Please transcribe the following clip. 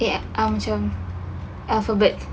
wait macam alphabets